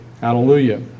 Hallelujah